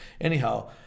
anyhow